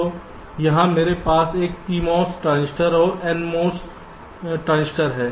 तो यहाँ मेरे पास एक PMOS ट्रांजिस्टर और NMOS ट्रांजिस्टर है